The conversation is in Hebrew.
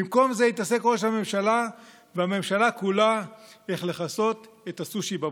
במקום זה התעסקו ראש הממשלה והממשלה כולה באיך לכסות את הסושי בבריכה.